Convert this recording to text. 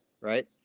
right